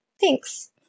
Thanks